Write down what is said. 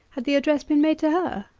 had the address been made to her